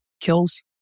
kills